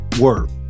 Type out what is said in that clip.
Word